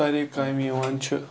سارے کامہِ یِوان چھِ